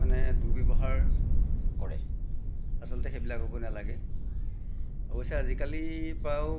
মানে দুৰ্ব্যৱহাৰ কৰে আচলতে সেইবিলাক হ'ব নালাগে অৱশ্যে আজিকালি বাৰু